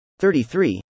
33